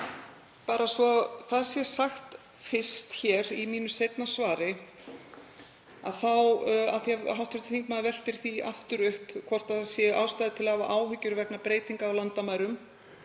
Bara svo það sé sagt fyrst hér í mínu seinna svari, af því að hv. þingmaður veltir því aftur upp hvort ástæða sé til að hafa áhyggjur vegna áhrifa breytinga á landamærum